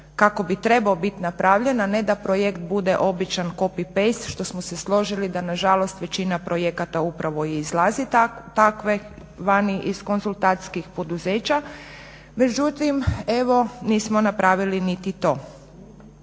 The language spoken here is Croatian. kako bi trebao biti napravljen, a ne da projekt bude običan copy paste što smo se složili da na žalost većina projekata upravo izlazi takve vani iz konzultantskih poduzeća. Međutim, evo nismo napravili niti to.